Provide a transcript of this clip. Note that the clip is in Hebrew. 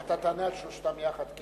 אתה תענה לשלושתם יחד.